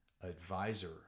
advisor